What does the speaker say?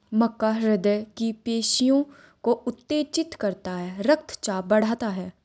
मक्का हृदय की पेशियों को उत्तेजित करता है रक्तचाप बढ़ाता है